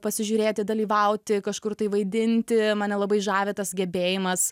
pasižiūrėti dalyvauti kažkur tai vaidinti mane labai žavi tas gebėjimas